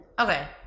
Okay